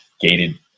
gated